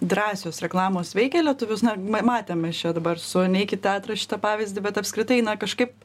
drąsios reklamos veikia lietuvius na matėme čia dabar su neik į teatrą šitą pavyzdį bet apskritai na kažkaip